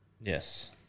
Yes